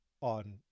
on